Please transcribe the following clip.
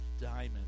diamond